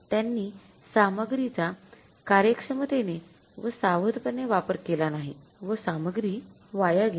त्यांनी सामग्रीचा कार्यक्षमतेने व सावधपणे वापर केला नाही व सामग्री वाया गेली